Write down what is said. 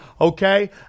okay